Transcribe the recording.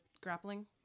grappling